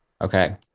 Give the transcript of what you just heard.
okay